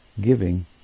giving